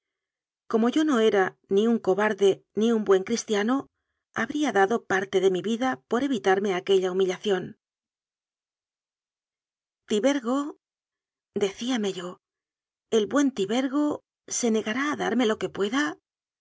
como yo no era ni un co barde ni un buen cristiano habría dado parte de mi vida por evitarme aquella humillación tibergodecíame yo el buen tibergo se negará a darme lo que pueda no